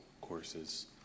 courses